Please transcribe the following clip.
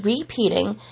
repeating